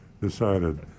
decided